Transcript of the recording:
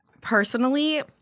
personally